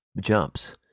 jumps